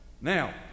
Now